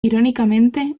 irónicamente